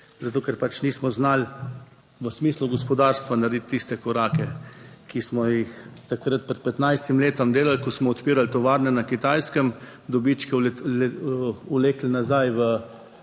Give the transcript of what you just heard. zato ker pač nismo znali v smislu gospodarstva narediti tiste korake, ki smo jih takrat pred 15 letom delali, ko smo odpirali tovarne na Kitajskem, dobičke vlekli nazaj v